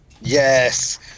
Yes